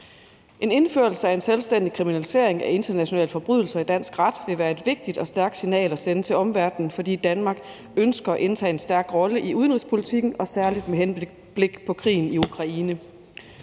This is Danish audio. En indførelse af en selvstændig kriminalisering af internationale forbrydelser i dansk ret vil være et vigtigt og stærkt signal at sende til omverdenen, fordi Danmark ønsker at indtage en stærk rolle i udenrigspolitikken og særlig med henblik på krigen i Ukraine.